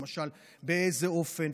למשל באיזה אופן,